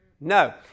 No